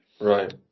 Right